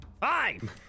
Fine